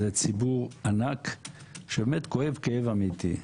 שזה ציבור ענק שבאמת כואב כאב אמתי,